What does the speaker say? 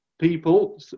People